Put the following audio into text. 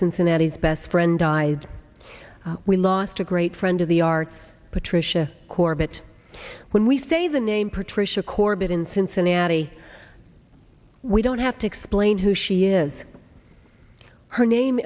cincinnati's best friend died we lost a great friend of the arts patricia corbett when we say the name patricia corbett in cincinnati we don't have to explain who she is her name